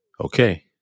Okay